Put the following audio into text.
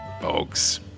Folks